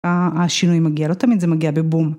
השינוי מגיע, לא תמיד זה מגיע בבום.